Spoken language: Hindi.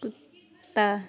कुत्ता